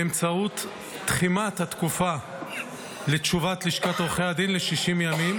באמצעות תחימת התקופה לתשובת לשכת עורכי הדין ל-60 ימים,